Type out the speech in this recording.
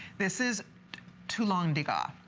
this is tulang naga.